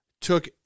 took